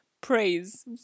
praise